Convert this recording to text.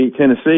Tennessee